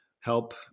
help